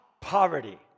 poverty